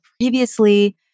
previously